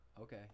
Okay